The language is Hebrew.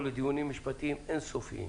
המצב הזה מכניס לדיונים משפטיים אין סופיים.